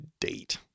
date